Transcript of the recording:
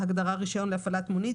בהגדרה רישיון להפעלת מונית,